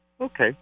Okay